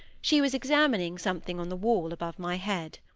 she was examining something on the wall above my head.